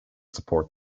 support